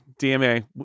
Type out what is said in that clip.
DMA